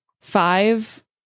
Five